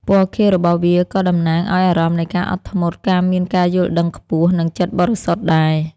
ពណ៌ខៀវរបស់វាក៏តំណាងឲ្យអារម្មណ៍នៃការអត់ធ្មត់ ការមានការយល់ដឹងខ្ពស់ និងចិត្តបរិសុទ្ធដែរ។